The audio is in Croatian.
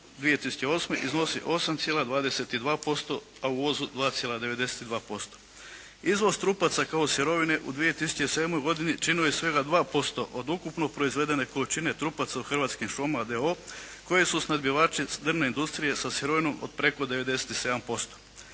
2008. iznosi 8,22%, a u uvozu 2,92%. Izvoz trupaca kao sirovine u 2007. godini činio je svega 2% od ukupno proizvedene količine trupaca u Hrvatskim šumama d.o.o. koji su snabdjevači drvne industrije sa sirovinom od preko 97%.